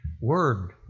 word